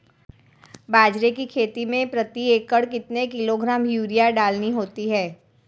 बाजरे की खेती में प्रति एकड़ कितने किलोग्राम यूरिया डालनी होती है?